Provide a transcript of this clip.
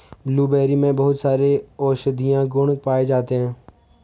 blueberry में बहुत सारे औषधीय गुण पाये जाते हैं